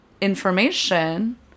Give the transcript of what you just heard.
information